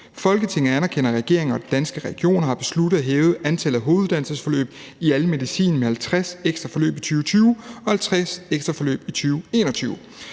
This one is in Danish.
Folketinget anerkender, at regeringen og Danske Regioner har besluttet at hæve antallet af hoveduddannelsesforløb i almen medicin med 50 ekstra forløb i 2020 og 50 ekstra forløb i 2021.